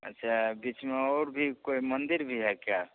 अच्छा बिच में और भी कोई मंदिर भी है क्या